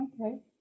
Okay